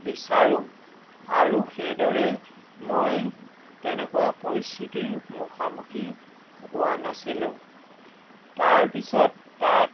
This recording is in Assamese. বিচাৰোঁ আৰু সেইদৰে মই তেনেকুৱা পৰিস্থিতিৰ মুখা মুখি হোৱা নাছিলোঁ তাৰ পিছত তাত